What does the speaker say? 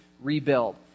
Rebuild